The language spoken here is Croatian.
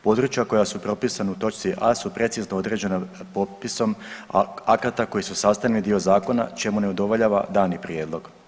Područja koja su propisana u točci a su precizno određana popisom akata koji su sastavni dio zakona čemu ne udovoljava dani prijedlog.